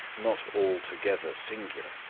not altogether singular,